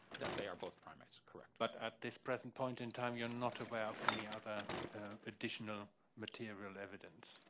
that they are both primates, correct. but at this present point in time, you're not aware of any other additional material evidence?